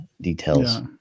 details